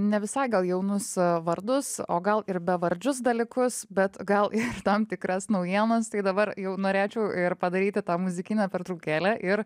ne visai gal jaunus vardus o gal ir bevardžius dalykus bet gal ir tam tikras naujienas tai dabar jau norėčiau ir padaryti tą muzikinę pertraukėlę ir